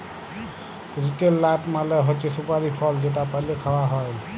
betel nut মালে হছে সুপারি ফল যেট পালে খাউয়া হ্যয়